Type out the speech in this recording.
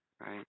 Right